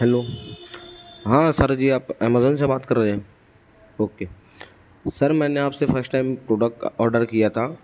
hello ہاں sir جی آپ امازون سے بات کر رہے ہیں اوکے سر میں نے آپ سے فرسٹ ٹائم پروڈکٹ آرڈر کیا تھا